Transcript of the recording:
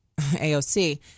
AOC